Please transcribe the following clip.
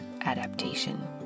adaptation